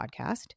podcast